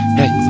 hey